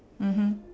mmhmm